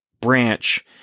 branch